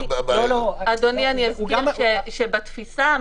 אני אזכיר שבתפיסה,